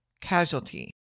casualty